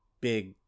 big